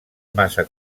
massa